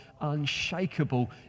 unshakable